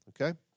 okay